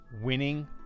winning